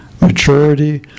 maturity